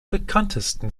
bekanntesten